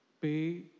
pay